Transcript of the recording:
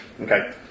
Okay